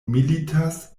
militas